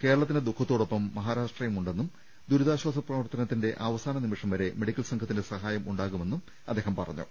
കേരളത്തിന്റെ ദുഃഖത്തോടൊപ്പം മഹാരാഷ്ട്രയും ഉണ്ടെന്നും ദുരിതാശ്ചാസ പ്രവർത്തനത്തിന്റെ അവസാന നിമിഷം വരെ മെഡിക്കൽ സംഘത്തിന്റെ സഹായം ഉണ്ടാ കുമെന്നും അദ്ദേഹം പറഞ്ഞു